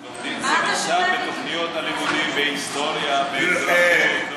זה נמצא בתוכניות הלימודים בהיסטוריה, באזרחות.